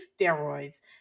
steroids